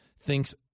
thinks